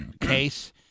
case